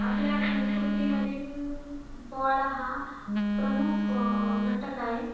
आपल्या संस्कृतीमधील पोवाडा हा प्रमुख घटक आहे